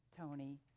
Tony